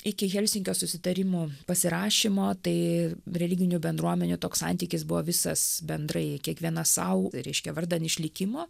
iki helsinkio susitarimų pasirašymo tai religinių bendruomenių toks santykis buvo visas bendrai kiekvienas sau reiškia vardan išlikimo